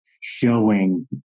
showing